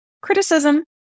criticism